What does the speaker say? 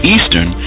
Eastern